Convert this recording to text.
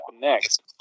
next